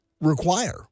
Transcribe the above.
require